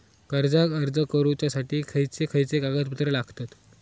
कर्जाक अर्ज करुच्यासाठी खयचे खयचे कागदपत्र लागतत